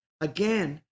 Again